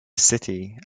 city